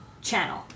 channel